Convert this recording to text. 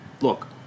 look